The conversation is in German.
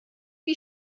wie